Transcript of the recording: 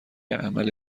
عمل